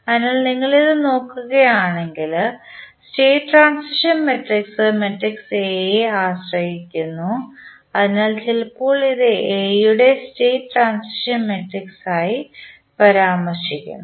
അതിനാൽ നിങ്ങൾ ഇത് നോക്കുകയാണെങ്കിൽ state transition matrix matrix A യെ ആശ്രയിച്ചിരിക്കുന്നു അതിനാൽ ചിലപ്പോൾ ഇത് A യുടെ സ്റ്റേറ്റ് ട്രാൻസിഷൻ മാട്രിക്സായി പരാമർശിക്കുന്നത്